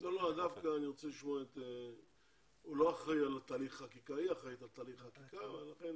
או שיהיו סמכויות ליחידה לפתוח בבירור של מקרה